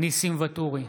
ניסים ואטורי,